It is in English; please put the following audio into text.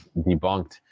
debunked